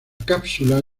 cápsula